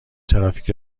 ترافیک